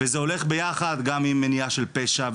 וזה הולך ביחד גם עם מניעה של פשע,